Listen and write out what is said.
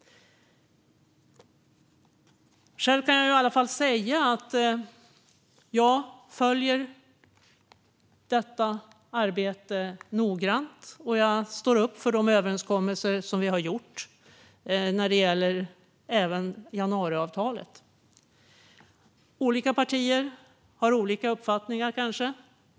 Jag kan i alla fall säga att jag följer detta arbete noggrant, och jag står upp för de överenskommelser vi har gjort, även när det gäller januariavtalet. Olika partier har kanske olika uppfattningar.